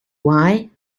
why